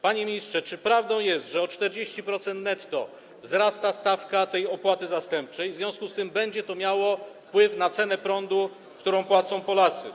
Panie ministrze, czy prawdą jest, że o 40% netto wzrasta stawka tej opłaty zastępczej i w związku z tym będzie to miało wpływ na cenę prądu, którą płacą Polacy?